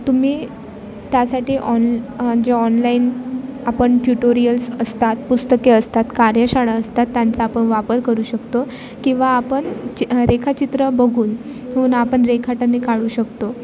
तुम्ही त्यासाठी ऑन जे ऑनलाईन आपण ट्युटोरियल्स असतात पुस्तके असतात कार्यशाळा असतात त्यांचा आपण वापर करू शकतो किंवा आपण चि रेखाचित्र बघून आपण रेखाटने काढू शकतो